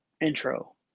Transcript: intro